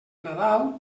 nadal